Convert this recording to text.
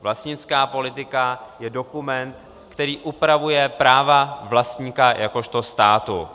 Vlastnická politika je dokument, který upravuje práva vlastníka jakožto státu.